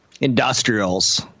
industrials